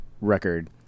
record